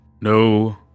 No